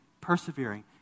persevering